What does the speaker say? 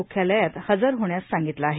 म्ख्यालयात हजर होण्यास सांगितलं आहे